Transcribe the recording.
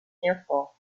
careful